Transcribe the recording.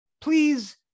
Please